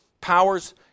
powers